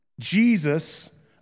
Jesus